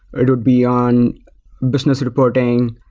it would be on business reporting,